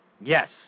Yes